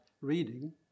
reading